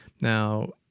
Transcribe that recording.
Now